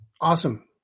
awesome